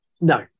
No